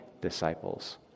disciples